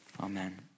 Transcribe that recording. amen